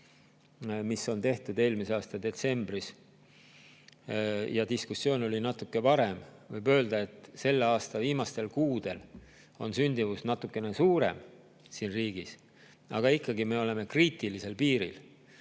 mis on tehtud eelmise aasta detsembris, diskussioon oli natuke varem, võib öelda, et selle aasta viimastel kuudel on sündimus natukene suurem siin riigis, aga ikkagi me oleme kriitilisel piiril.